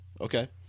okay